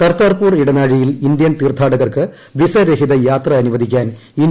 കർതാർപൂർ ഇടനാഴിയിൽ ഇന്ത്യൻ തീർത്ഥാടകർക്ക് വിസ രഹിത യാത്ര അനുവദിക്കാൻ ഇന്ത്യ പാക് ധാരണ